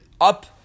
up